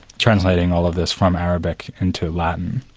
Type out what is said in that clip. translating all of this from arabic into latin.